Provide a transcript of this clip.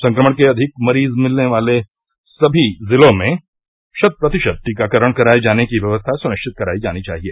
संक्रमण के अधिक मरीज वाले सभी जिलों में शत प्रतिशत टीकाकरण कराये जाने की व्यवस्था सुनिश्चित करायी जानी चाहिए